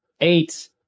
eight